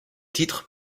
titres